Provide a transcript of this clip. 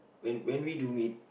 when when we do meet